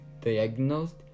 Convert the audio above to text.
diagnosed